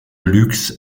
luxe